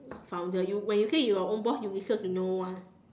founder you when you say you are own boss you listen to no one